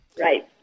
Right